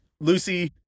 Lucy